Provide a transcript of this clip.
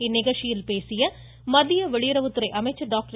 இந்நிகழ்ச்சியில் பேசிய மத்திய வெளியுறவுத்துறை அமைச்சர் டாக்டர்